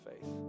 faith